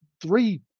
three